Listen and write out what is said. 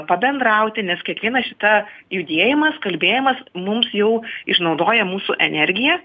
pabendrauti nes kiekviena šita judėjimas kalbėjimas mums jau išnaudoja mūsų energiją